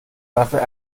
dafür